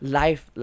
life